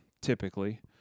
typically